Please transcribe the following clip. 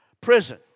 prison